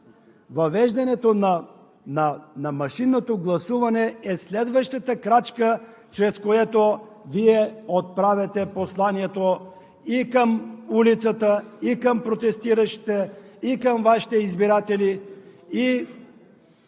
въвеждането на машинното гласуване е следващата крачка, чрез която Вие отправяте послание към улицата – и към протестиращите, и към Вашите избиратели, и